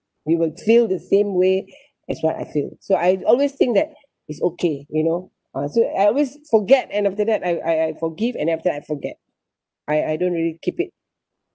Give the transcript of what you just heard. we will feel the same way as what I feel so I've always think that it's okay you know uh so I always forget and after that I I I forgive and then after that I forget I I don't really keep it